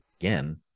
again